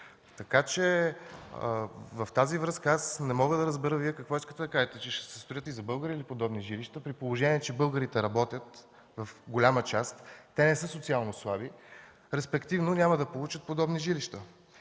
население. В тази връзка не мога да разбера какво искате да кажете – че ще се строят и за българите подобни жилища?! При положение че българите работят, в голямата си част те не са социално слаби, респективно няма да получат подобни жилища.